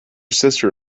sister